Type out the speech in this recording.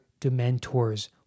Dementors